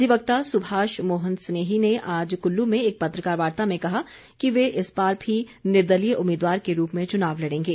अधिवक्ता सुभाष मोहन स्नेही ने आज कुल्लू में एक पत्रकार वार्ता में कहा कि वे इस बार भी निर्दलीय उम्मीदवार के रूप में चुनाव लड़ेंगे